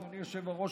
אדוני היושב-ראש,